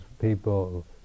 people